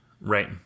Right